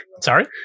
Sorry